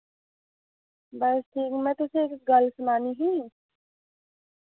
बस ठीक मैं तुसें इक गल्ल सनानी ही